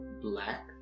black